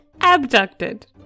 Abducted